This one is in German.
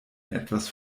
etwas